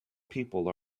people